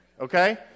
okay